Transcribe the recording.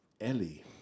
Ellie